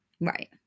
Right